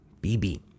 BB